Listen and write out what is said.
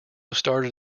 started